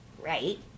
Right